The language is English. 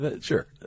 Sure